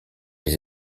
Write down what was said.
les